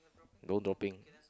no dropping